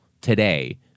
today